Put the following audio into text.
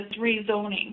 rezoning